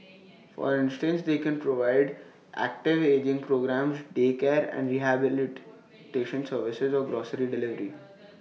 for instance they can provide active ageing programmes daycare and rehabilitation services or grocery delivery